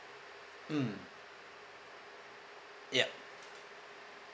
mm yup